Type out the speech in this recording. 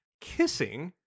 kissing